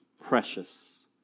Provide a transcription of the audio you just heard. precious